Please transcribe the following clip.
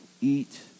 eat